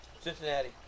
Cincinnati